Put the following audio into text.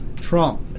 Trump